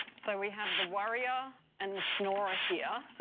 so we have the worrier, and the snorer, here.